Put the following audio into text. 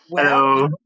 Hello